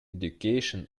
education